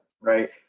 right